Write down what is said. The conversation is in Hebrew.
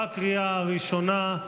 בקריאה הראשונה.